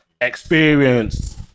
experience